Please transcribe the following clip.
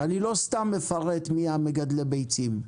ואני לא סתם מפרט מי מגדלי הביצים,